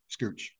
Scooch